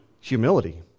humility